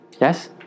Yes